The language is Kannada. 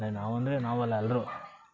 ನಾವಂದರೆ ನಾವು ಅಲ್ಲ ಎಲ್ಲರು